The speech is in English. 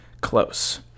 close